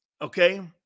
okay